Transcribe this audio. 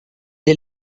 est